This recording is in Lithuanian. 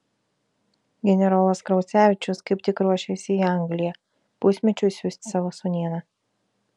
generolas kraucevičius kaip tik ruošėsi į angliją pusmečiui siųsti savo sūnėną